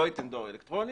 לא ייתן דואר אלקטרוני,